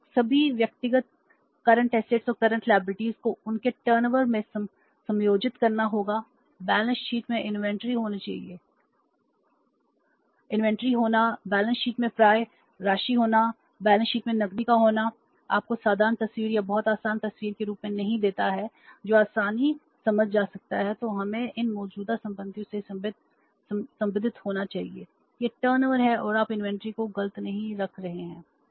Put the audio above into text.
हमें सभी व्यक्तिगत करंट असेट्सहै आप इन्वेंट्री को गलत नहीं रख रहे हैं